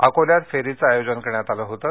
अकोल्यात फेरीचं आयोजन करण्यात आलं होतं